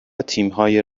تیمهای